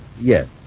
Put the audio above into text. Yes